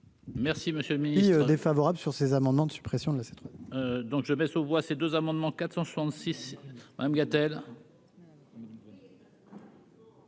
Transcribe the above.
Merci, monsieur le Ministre. Défavorable sur ces amendements de suppression de la. Donc je vais se voit ces deux amendements 466 Madame Gatel.